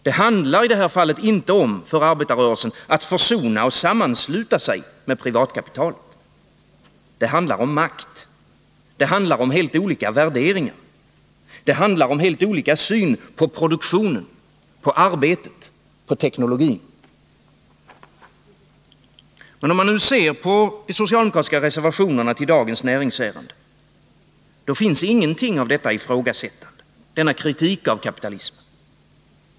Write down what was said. Det handlar i det här fallet för arbetarrörelsen inte om att försona och sammansluta sig med privatkapitalet. Det handlar om makt. Det handlar om helt olika värderingar. Det handlar om helt olika syn på produktionen, på arbetet, på teknologin. Men om man nu ser på de socialdemokratiska reservationerna till dagens ärende från näringsutskottet finner man att det inte förekommer någonting av detta ifrågasättande, denna kritik av kapitalismen.